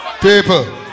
People